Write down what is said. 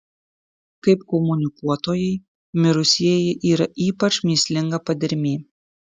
kaip komunikuotojai mirusieji yra ypač mįslinga padermė